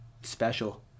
special